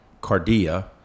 cardia